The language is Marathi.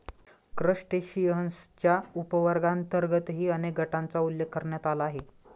क्रस्टेशियन्सच्या उपवर्गांतर्गतही अनेक गटांचा उल्लेख करण्यात आला आहे